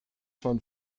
von